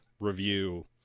review